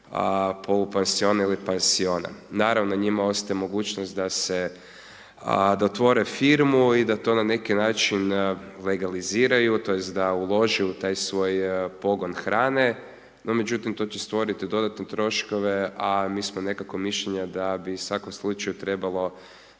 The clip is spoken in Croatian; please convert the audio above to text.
polupansiona ili pansiona. Naravno njima ostaje mogućnost da otvore firmu i da to na neki način legaliziraju tj. da ulože u taj svoj pogon hrane, no međutim to će stvoriti dodatne troškove a mi smo nekako mišljenja da bi u svakom slučaju trebalo